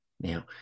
Now